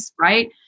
right